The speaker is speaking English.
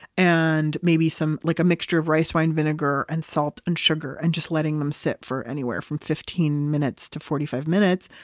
and maybe a like mixture of rice wine vinegar and salt and sugar, and just letting them sit for anywhere from fifteen minutes to forty five minutes.